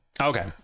okay